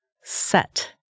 set